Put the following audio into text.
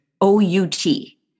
O-U-T